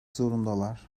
zorundalar